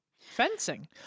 Fencing